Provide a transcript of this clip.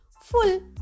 full